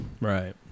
Right